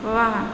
वाह